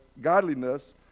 godliness